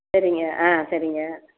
சரிங்க ஆ சரிங்க